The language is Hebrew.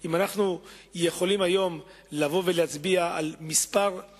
אם אנו יכולים היום להצביע על כמה